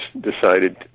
decided